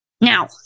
now